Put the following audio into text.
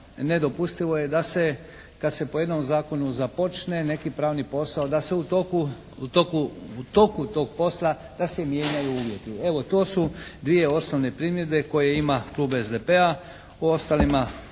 nedopustivo je da se po jednom zakonu započne neki pravni posao, da se u toku tog posla da se mijenjaju uvjeti. Evo to su dvije osnovne primjedbe koje ima klub SDP-a. O ostalom